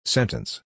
Sentence